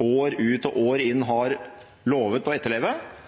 år ut og år inn har lovet å etterleve,